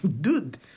Dude